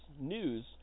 news